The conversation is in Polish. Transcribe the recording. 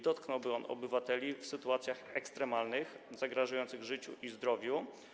Dotknąłby on obywateli w sytuacjach ekstremalnych, zagrażających życiu i zdrowiu.